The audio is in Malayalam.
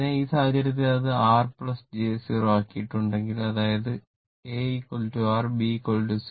അതിനാൽ ആ സാഹചര്യത്തിൽ അത് R j 0 ആക്കിയിട്ടുണ്ടെങ്കിൽ അതായത് a R b 0